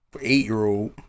eight-year-old